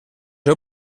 heu